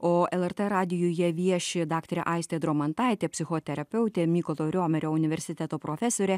o lrt radijuje vieši daktarė aistė dromantaitė psichoterapeutė mykolo riomerio universiteto profesorė